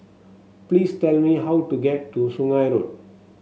please tell me how to get to Sungei Road